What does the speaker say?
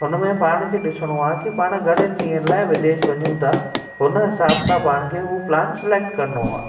हुन में पाण खे ॾिसणो आहे की पाण घणनि ॾींहनि लाइ विदेश वञूं था हुन हिसाब खां पाण खे उहो प्लान सिलैक्ट करिणो आहे